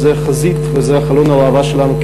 זאת החזית וזה חלון הראווה שלנו.